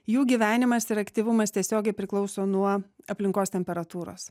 jų gyvenimas ir aktyvumas tiesiogiai priklauso nuo aplinkos temperatūros